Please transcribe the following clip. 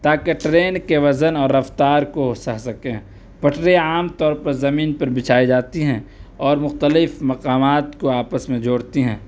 تا کہ ٹرین کے وزن اور رفتار کو سہ سکیں پٹریاں عام طور پر زمین پر بچھائی جاتی ہیں اور مختلف مقامات کو آپس میں جوڑتی ہیں